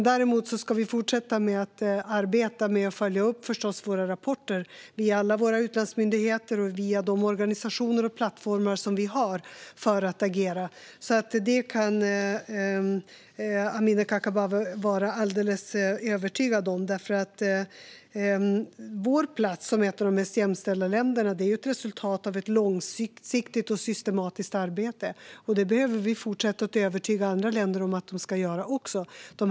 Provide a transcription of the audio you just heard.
Däremot ska vi förstås fortsätta att arbeta med att följa upp våra rapporter via alla våra utlandsmyndigheter och via de organisationer och plattformar som vi har för att agera. Detta kan Amineh Kakabaveh vara alldeles övertygad om. Vår plats som ett av de mest jämställda länderna är ett resultat av ett långsiktigt och systematiskt arbete, och vi behöver fortsätta att övertyga andra länder om att även de ska göra detta arbete.